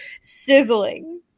Sizzling